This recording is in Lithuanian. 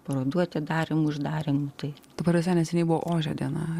parodų atidarymų uždarymų tai pa prasme neseniai buvo ožio diena